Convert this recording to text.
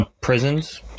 prisons